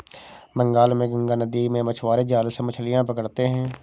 बंगाल में गंगा नदी में मछुआरे जाल से मछलियां पकड़ते हैं